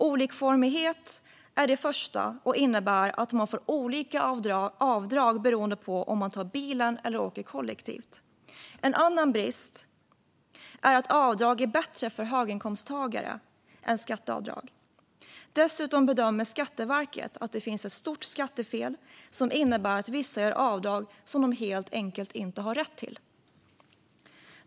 Olikformighet är den första bristen och innebär att man får olika avdrag beroende på om man tar bilen eller åker kollektivt. En annan brist är att avdrag är bättre för höginkomsttagare än skatteavdrag. Dessutom bedömer Skatteverket att det finns ett stort skattefel, som innebär att vissa gör avdrag som de helt enkelt inte har rätt till.